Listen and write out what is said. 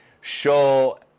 show